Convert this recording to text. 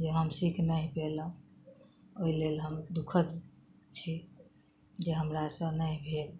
जे हम सीख नहि पेलहुॅं ओहि लेल हम दुःखद छी जे हमरा सँ नहि भेल